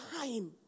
time